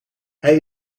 hij